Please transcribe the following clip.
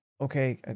Okay